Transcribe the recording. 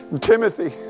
Timothy